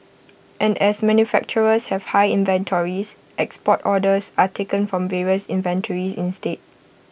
and as manufacturers have high inventories export orders are taken from the inventories instead